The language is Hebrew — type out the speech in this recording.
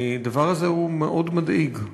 הדבר הזה הוא מדאיג מאוד.